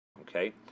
Okay